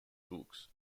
books